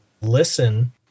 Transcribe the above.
listen